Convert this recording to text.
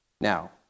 Now